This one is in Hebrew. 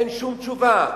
אין שום תשובה.